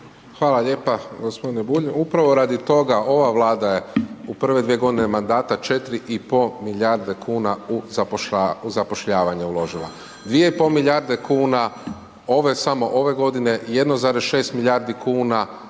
Hvala lijepa. Gospodine Bulj, upravo radi toga ova Vlada je u prve 2 godine mandata 4,5 milijarde kuna u zapošljavanje uložila. 2,5 milijarde kuna samo ove godine, 1,6 milijardi kuna